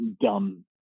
dumb